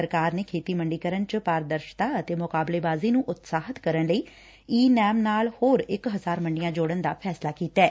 ਸਰਕਾਰ ਨੇ ਖੇਤੀ ਮੰਡੀਕਰਨ ਚ ਪਾਰਦਰਸ਼ਤਾ ਅਤੇ ਮੁਕਾਬਲੇਬਾਜ਼ੀ ਨੂੰ ਉਤਸ਼ਾਹਿਤ ਕਰਨ ਲਈ ਈ ਨੈਮ ਨਾਲ ਹੋਰ ਇਕ ਹਜ਼ਾਰ ਮੰਡੀਆਂ ਜੋੜਨ ਦਾ ਫੈਸਲਾ ਕੀਤੈ